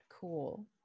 cool